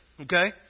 Okay